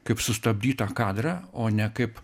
kaip sustabdytą kadrą o ne kaip